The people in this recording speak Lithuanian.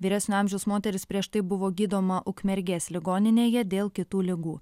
vyresnio amžiaus moteris prieš tai buvo gydoma ukmergės ligoninėje dėl kitų ligų